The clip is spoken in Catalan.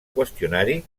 qüestionari